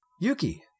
yuki